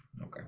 Okay